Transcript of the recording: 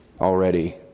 already